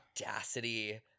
audacity